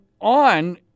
on